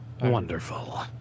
Wonderful